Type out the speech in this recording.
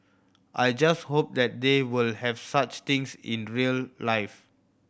I just hope that they will have such things in real life